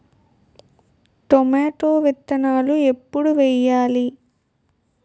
Tomato విత్తనాలు ఎప్పుడు వెయ్యాలి?